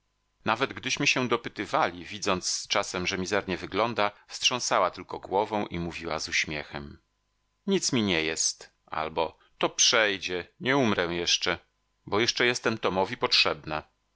nawet gdyśmy się dopytywali widząc czasem że mizernie wygląda wstrząsała tylko głową i mówiła z uśmiechem nic mi nie jest albo to przejdzie nie umrę jeszcze bo jeszcze jestem tomowi potrzebna